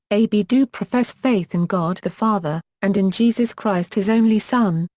a b. do profess faith in god the father, and in jesus christ his only son,